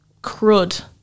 crud